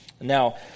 Now